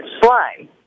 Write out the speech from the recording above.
Sly